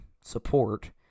support